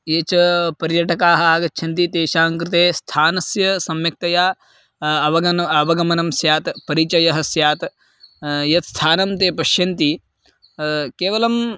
ये च पर्यटकाः आगच्छन्ति तेषां कृते स्थानस्य सम्यक्तया अवगमनम् अवगमनं स्यात् परिचयः स्यात् यत् स्थानं ते पश्यन्ति केवलं